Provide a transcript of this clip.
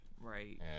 Right